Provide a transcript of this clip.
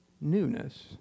newness